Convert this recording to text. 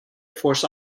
force